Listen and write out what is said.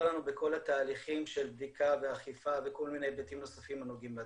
לנו בכל התהליכים של בדיקה ואכיפה וכל מיני היבטים נוספים הנוגעים בדבר.